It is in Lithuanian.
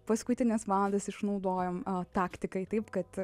paskutines valandas išnaudojom taktikai taip kad